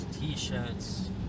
t-shirts